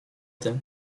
tym